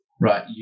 Right